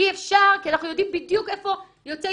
אי אפשר כי אנחנו יודעים בדיוק איפה יוצאי